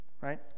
right